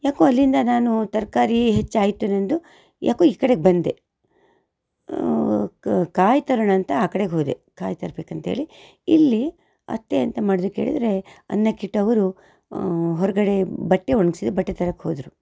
ಯಾಕೋ ಅಲ್ಲಿಂದ ನಾನು ತರಕಾರಿ ಹೆಚ್ಚಾಯಿತು ನನ್ನದು ಯಾಕೋ ಈಕಡೆಗೆ ಬಂದೆ ಕ ಕಾಯಿ ತರೋಣ ಅಂತ ಆ ಕಡೆಗೆ ಹೋದೆ ಕಾಯಿ ತರ್ಬೇಕಂತ ಹೇಳಿ ಇಲ್ಲಿ ಅತ್ತೆ ಎಂತ ಮಾಡಿದ್ರು ಕೇಳಿದರೆ ಅನ್ನಕ್ಕಿಟ್ಟವರು ಹೊರಗಡೆ ಬಟ್ಟೆ ಒಣಗ್ಸಿ ಬಟ್ಟೆ ತರಕ್ಕೆ ಹೋದರು